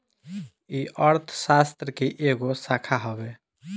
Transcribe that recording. ई अर्थशास्त्र के एगो शाखा हवे